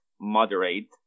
moderate